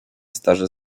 starzy